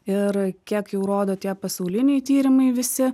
ir kiek jau rodo tie pasauliniai tyrimai visi